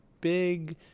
big